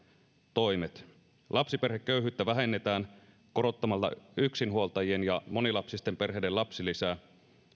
toimet lapsiperheköyhyyttä vähennetään korottamalla yksinhuoltajien ja monilapsisten perheiden lapsilisiä